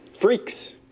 Freaks